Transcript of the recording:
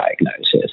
diagnosis